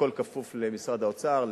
הכול כפוף למשרד האוצר,